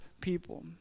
people